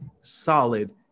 solid